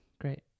Great